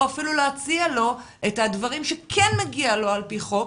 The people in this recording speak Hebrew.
אפילו להציע לו את הדברים שכן מגיע לו על פי חוק,